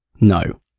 no